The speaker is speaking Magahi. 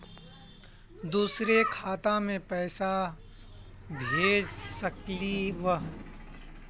दुसरे खाता मैं पैसा भेज सकलीवह?